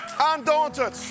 Undaunted